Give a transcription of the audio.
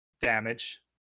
damage